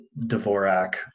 Dvorak